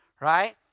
right